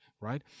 right